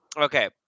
Okay